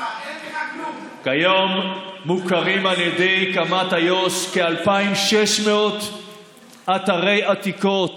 כיום מוכרים על ידי קמ"ט איו"ש כ-2,600 אתרי עתיקות